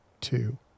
two